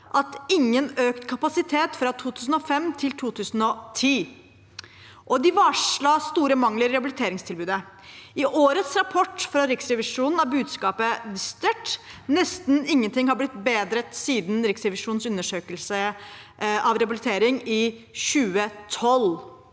om ingen økt kapasitet fra 2005 til 2010, og de varslet om store mangler i rehabiliteringstilbudet. I årets rapport fra Riksrevisjonen var budskapet dystert: Nesten ingenting er blitt bedre siden Riksrevisjonens undersøkelse av rehabilitering i 2012.